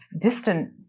distant